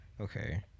okay